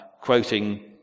quoting